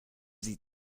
sie